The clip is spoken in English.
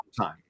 time